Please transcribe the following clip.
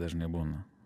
dažnai būna